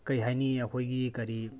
ꯀꯔꯤ ꯍꯥꯏꯅꯤ ꯑꯩꯈꯣꯏꯒꯤ ꯀꯔꯤ